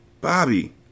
Bobby